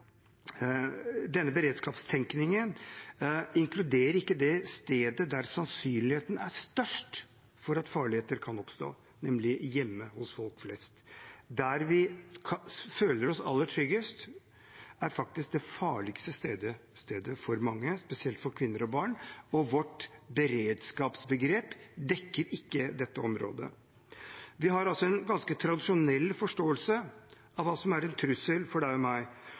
størst for at farligheter kan oppstå, nemlig hjemme hos folk flest. Der vi føler oss aller tryggest, er faktisk det farligste stedet for mange, spesielt for kvinner og barn, og vårt beredskapsbegrep dekker ikke dette området. Vi har altså en ganske tradisjonell forståelse av hva som er en trussel for deg og meg.